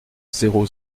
zéro